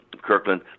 Kirkland